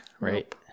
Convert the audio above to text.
right